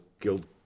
guild